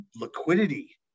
liquidity